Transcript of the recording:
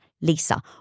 Lisa